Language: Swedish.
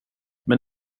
men